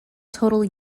totally